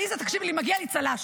עליזה, תקשיבי לי, מגיע לי צל"ש.